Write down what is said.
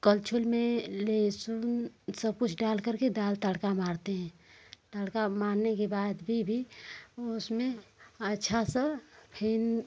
करछुल में लहसुन सब कुछ डाल करके दाल तड़का मारते हैं तड़का मारने के बाद भी भी उसमें अच्छा सा फिर